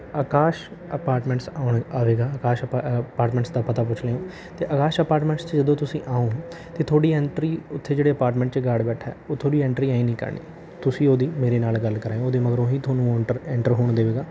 ਆਕਾਸ਼ apartments ਆਉਣ ਆਵੇਗਾ ਆਕਾਸ਼ ਅ ਅਪਾਰਟਮੈਂਟਸ ਦਾ ਪਤਾ ਪੁੱਛ ਲਿਓ ਅਤੇ ਆਕਾਸ਼ ਅਪਾਰਟਮੈਂਟਸ 'ਚ ਜਦੋਂ ਤੁਸੀਂ ਆਓ ਤਾਂ ਤੁਹਾਡੀ ਐਂਟਰੀ ਉੱਥੇ ਜਿਹੜੇ ਅਪਾਰਟਮੈਂਟਸ 'ਚ ਗਾਰਡ ਬੈਠਾ ਉਹ ਤੁਹਾਡੀ ਐਂਟਰੀ ਐਂ ਹੀ ਨਹੀਂ ਕਰਨੀ ਤੁਸੀਂ ਉਹਦੀ ਮੇਰੇ ਨਾਲ ਗੱਲ ਕਰਵਾਇਓ ਉਹਦੇ ਮਗਰੋਂ ਹੀ ਉਹ ਤੁਹਾਨੂੰ ਐਂਟਰ ਐਂਟਰ ਹੋਣ ਦੇਵੇਗਾ